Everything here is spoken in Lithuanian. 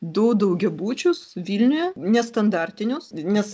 du daugiabučius vilniuje nestandartinius nes